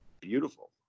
Beautiful